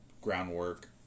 groundwork